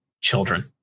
Children